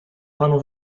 panu